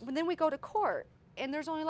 when we go to court and there's only